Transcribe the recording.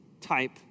type